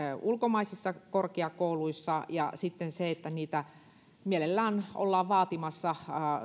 ulkomaisissa korkeakouluissa ja sitten sitten mielellään ollaan vaatimassa